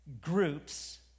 groups